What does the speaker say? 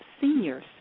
seniors